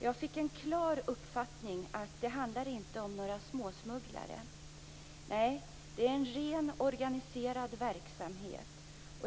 Jag fick en klar uppfattning om att det inte handlar om några "småsmugglare". Nej, det är en rent organiserad verksamhet.